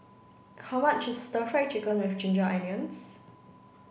how much is stir fry chicken with ginger onions